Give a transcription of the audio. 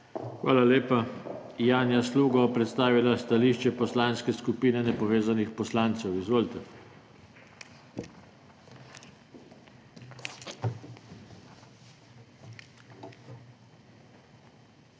Hvala lepa. Janja Sluga bo predstavila stališče Poslanske skupine nepovezanih poslancev. Izvolite. JANJA